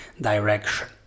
direction